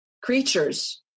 creatures